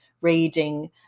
reading